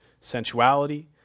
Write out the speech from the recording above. sensuality